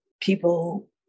people